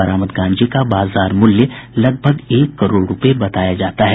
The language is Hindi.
बरामद गांजे का बाजार मूल्य लगभग एक करोड़ रूपये बताया जाता है